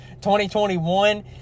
2021